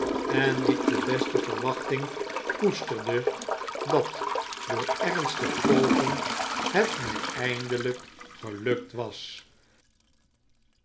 en ik de beste verwachting koesterde dat door ernstig pogen het mij eindelp gelukt was